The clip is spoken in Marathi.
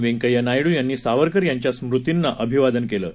व्यंकैय्या नायडू यांनी सावरकर यांच्या स्मृतींना अभिवादन केलं आहे